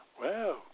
Wow